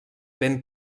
ben